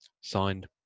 signed